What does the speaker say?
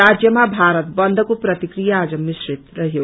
राज्यमा भारत बन्दको प्रतिकिया आज मिश्रित रहयो